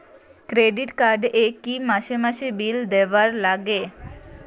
Credit card এ কি মাসে মাসে বিল দেওয়ার লাগে?